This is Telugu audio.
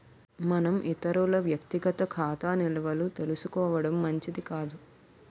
మనం ఇతరుల వ్యక్తిగత ఖాతా నిల్వలు తెలుసుకోవడం మంచిది కాదు